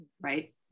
right